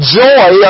joy